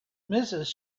mrs